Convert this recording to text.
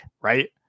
Right